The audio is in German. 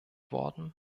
worden